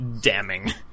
damning